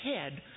head